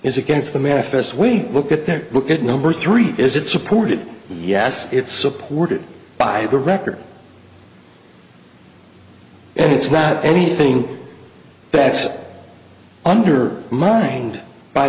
is against the manifest we look at that look at number three is it supported yes it's supported by the record and it's not anything that's under mind by